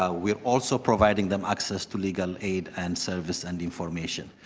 ah we're also providing them access to legal aid and service and information.